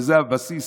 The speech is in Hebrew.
וזה הבסיס.